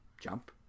jump